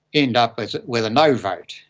end up with a no vote,